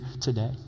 today